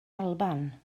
alban